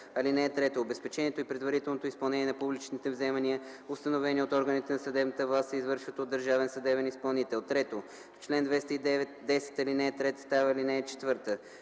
3 : „(3) Обезпечението и предварителното изпълнение на публичните вземания, установени от органите на съдебната власт, се извършват от държавен съдебен изпълнител”. 3. В чл. 210 ал.3 става ал.4. 4.